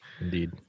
Indeed